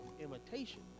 imitation